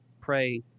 pray